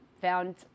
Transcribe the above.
found